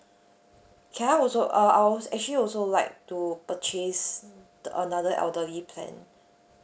can I also uh I was actually also like to purchase another elderly plan